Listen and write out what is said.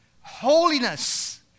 Holiness